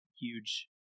huge